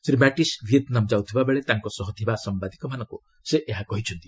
Shri Mattis Vietnam ଯାଉଥିବାବେଳେ ତାଙ୍କ ସହ ଥିବା ସାମ୍ଭାଦିକମାନଙ୍କୁ ସେ ଏହା କହିଛନ୍ତି